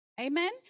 Amen